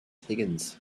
higgins